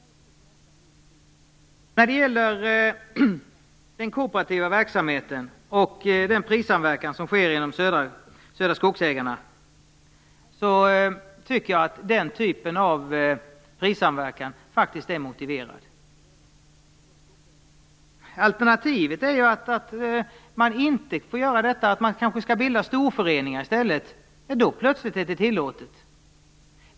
Beträffande den kooperativa verksamheten och den prissamverkan som sker inom Södra Skogsägarna tycker jag att den typen av prissamverkan faktiskt är motiverad. Alternativet om man inte får göra detta är kanske att bilda storföreningar i stället. Då plötsligt är det tillåtet.